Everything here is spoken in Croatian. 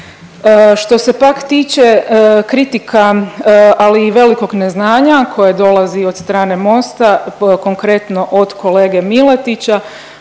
Što se pak tiče kritika, ali i velikog neznanja koje dolazi od strane Mosta, konkretno od kolege Miletića,